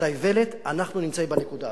האיוולת" אנחנו נמצאים בנקודה הזאת.